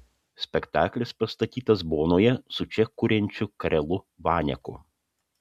spektaklis pastatytas bonoje su čia kuriančiu karelu vaneku